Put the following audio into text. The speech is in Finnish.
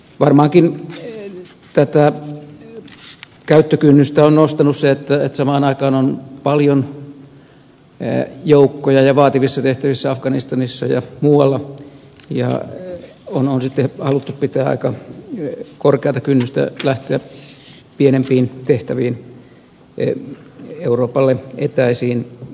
varmaankin tätä käyttökynnystä on nostanut se että samaan aikaan on paljon joukkoja ja vaativissa tehtävissä afganistanissa ja muualla ja on sitten haluttu pitää aika korkeata kynnystä lähteä pienempiin tehtäviin euroopalle etäisiin maanosiin